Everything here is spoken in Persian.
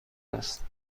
است